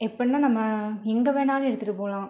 எப்பன்னா நம்ப எங்க வேணாலும் எடுத்துகிட்டு போகலான்